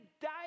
die